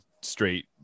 straight